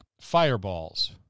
fireballs